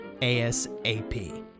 ASAP